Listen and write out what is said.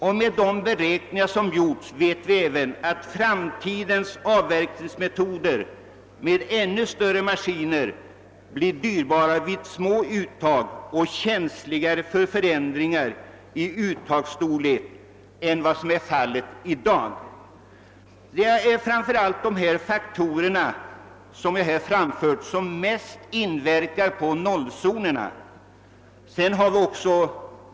Enligt de beräkningar som har gjorts vet vi även att framtidens avverkningsmetoder med ännu större maskiner blir dyrbara vid små uttag och känsligare för förändringar i uttagets storlek än vad som är fallet i dag. Det är de faktorer som jag här har nämnt som mest inverkar på nollzonernas utsträckning.